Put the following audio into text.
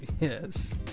Yes